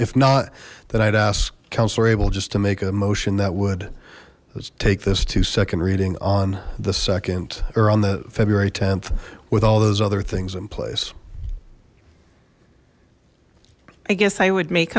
if not that i'd ask counselor able just to make a motion that would take this to second reading on the second or on the february th with all those other things in place i guess i would make